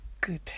Good